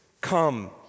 come